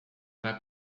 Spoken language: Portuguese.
era